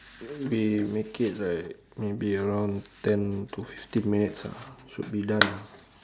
then we make it like maybe around ten to fifteen minutes lah should be done